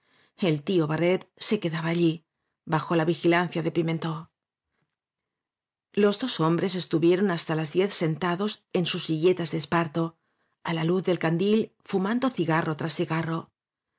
el tío barret se que daba allí bajo la vigilancia de pimentó los dos hombres estuvieron hasta las diez sentados en sus silletas de esparto á la luz del candil fumando cigarro tras cigarro